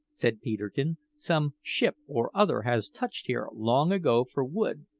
said peterkin, some ship or other has touched here long ago for wood,